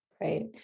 Right